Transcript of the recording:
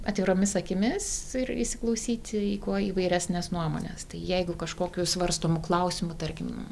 atviromis akimis ir įsiklausyti į kuo įvairesnes nuomones tai jeigu kažkokiu svarstomu klausimu tarkim